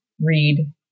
read